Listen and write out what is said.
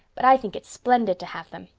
but i think it's splendid to have them.